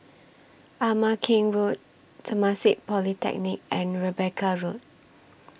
Ama Keng Road Temasek Polytechnic and Rebecca Road